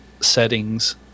settings